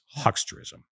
hucksterism